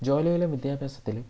ജോലിയിലും വിദ്യാഭ്യാസത്തിലും